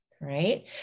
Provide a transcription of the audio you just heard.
Right